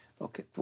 Okay